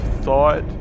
thought